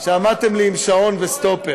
שעמדתם לי עם שעון וסטופר.